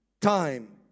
time